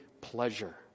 pleasure